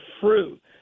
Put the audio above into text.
fruit